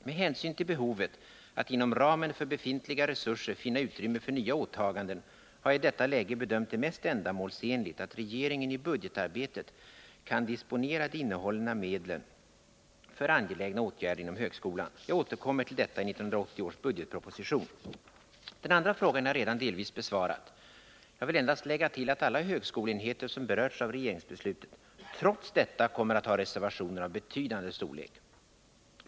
Med hänsyn till behovet att inom ramen för befintliga resurser finna utrymme för nya åtaganden har jag i detta läge bedömt det mest ändamålsenligt att regeringen i budgetarbetet kan disponera de innehållna medlen för angelägna åtgärder inom högskolan. Jag återkommer härtill i 1980 års budgetproposition. Den andra frågan har jag redan delvis besvarat. Jag vill endast lägga till att alla högskoleenheter som berörts av regeringsbeslutet trots detta kommer att ha reservationer av betydande storlek.